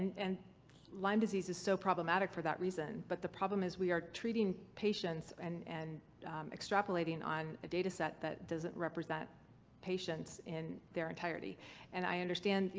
and lyme disease is so problematic for that reason, but the problem is we are treating patients and and extrapolating on a data set that doesn't represent patients in their entirety and i understand, you